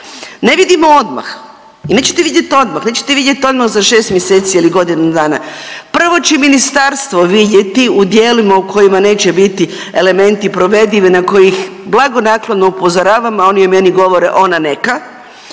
ne vidimo odmah i nećete vidjet odmah, nećete vidjeti odmah za 6 mjeseci ili godinu dana. Prvo će ministarstvo vidjeti u djelima u kojima neće biti elementi provedivi, na kojih blagonaklono upozoravam, a oni o meni govore „ona neka“,